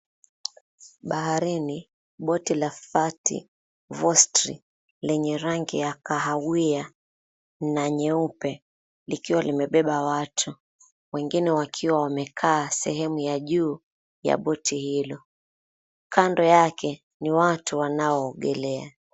Baharini, boti la Fatti Vostri lenye rangi ya kahawia na nyeupe likiwa limebeba watu. Wengine wakiwa wamekaa sehemu ya juu ya boti hilo. Kando yake ni watu wanaoogelea.